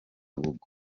google